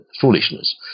foolishness